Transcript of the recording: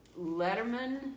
Letterman